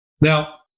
Now